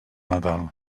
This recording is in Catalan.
natal